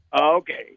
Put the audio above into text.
Okay